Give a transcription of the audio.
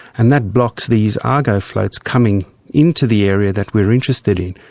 and that blocks these argo floats coming into the area that we are interested in.